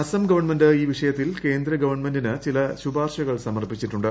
Assam government ഈ വിഷയത്തിൽ കേന്ദ്രഗവൺമെന്റിന് ചില ശുപാർശകൾ സമർപ്പിച്ചിട്ടുണ്ട്